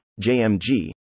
JMG